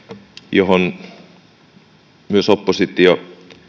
johon myös oppositio